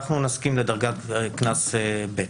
אנחנו נסכים לדרגת קנס ב'.